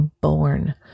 born